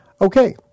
okay